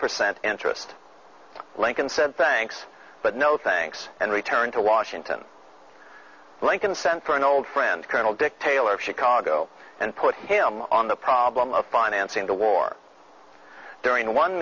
percent interest lincoln said thanks but no thanks and returned to washington lincoln sent for an old friend colonel dick taylor of chicago and put him on the problem of financing the war during one